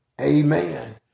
Amen